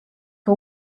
que